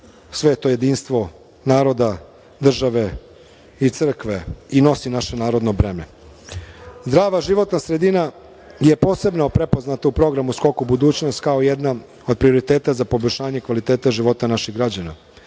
sveto jedinstvo naroda, države i crkve i nosi naše narodno breme. Zdrava životna sredina je posebno prepoznata u programu Skok u budućnost kao jedna od prioriteta za poboljšanje životnog kvaliteta života naših građana,